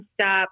stop